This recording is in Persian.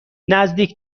نزدیک